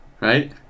Right